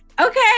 Okay